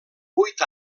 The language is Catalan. vuit